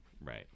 right